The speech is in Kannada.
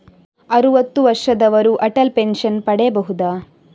ಅರುವತ್ತು ವರ್ಷದವರು ಅಟಲ್ ಪೆನ್ಷನ್ ಪಡೆಯಬಹುದ?